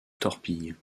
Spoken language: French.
torpille